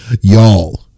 Y'all